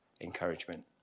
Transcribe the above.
encouragement